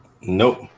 nope